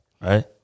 right